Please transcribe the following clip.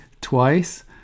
twice